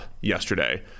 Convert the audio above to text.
yesterday